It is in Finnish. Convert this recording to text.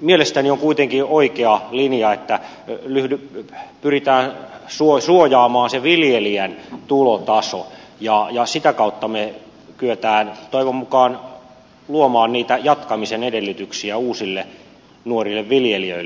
mielestäni on kuitenkin oikea linja että pyritään suojaamaan sen viljelijän tulotaso ja sitä kautta me kykenemme toivon mukaan luomaan niitä jatkamisen edellytyksiä uusille nuorille viljelijöille